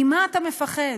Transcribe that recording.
ממה אתה מפחד?